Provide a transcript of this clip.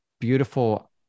beautiful